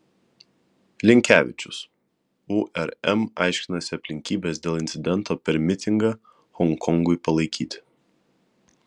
linkevičius urm aiškinasi aplinkybes dėl incidento per mitingą honkongui palaikyti